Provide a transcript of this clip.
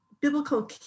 biblical